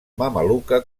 mameluca